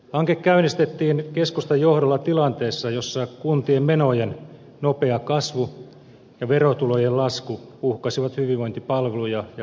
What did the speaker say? hanke käynnistettiin keskustan johdolla tilanteessa jossa kuntien menojen nopea kasvu ja verotulojen lasku uhkasivat hyvinvointipalveluja ja kansalaisten yhdenvertaisuutta